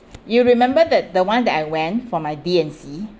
you remember the the one that I went for my D&C